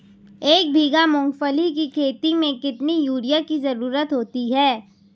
एक बीघा मूंगफली की खेती में कितनी यूरिया की ज़रुरत होती है?